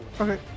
Okay